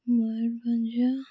Mayurbhanj